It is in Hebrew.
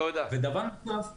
ודבר נוסף --- תודה.